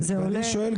אני שואל,